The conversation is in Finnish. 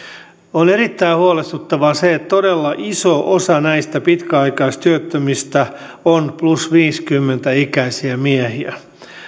on erittäin huolestuttavaa että todella iso osa näistä pitkäaikaistyöttömistä on plus viisikymmentä ikäisiä miehiä